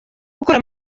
gukora